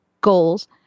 goals